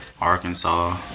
Arkansas